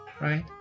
right